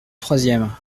troisième